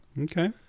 Okay